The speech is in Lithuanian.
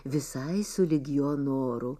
visai sulig jo noru